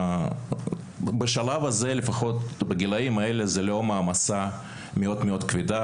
בשלב הזה לפחות בגילאים האלה זו לא מעמסה מאוד כבדה,